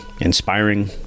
inspiring